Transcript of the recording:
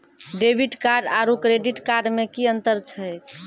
Debit card आरू credit card मे कि अन्तर छैक?